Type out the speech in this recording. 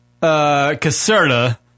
Caserta